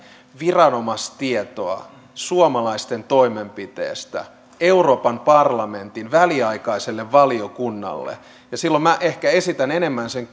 viranomaistietoa suomalaisten toimenpiteistä euroopan parlamentin väliaikaiselle valiokunnalle ja silloin minä ehkä esitän enemmän sen